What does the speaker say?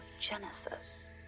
Genesis